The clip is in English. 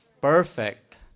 perfect